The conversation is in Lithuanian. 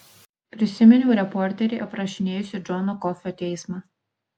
prisiminiau reporterį aprašinėjusį džono kofio teismą